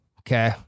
Okay